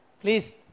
Please